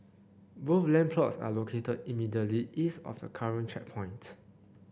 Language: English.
both land plots are located immediately east of the current checkpoint